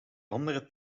andere